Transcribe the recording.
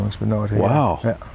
Wow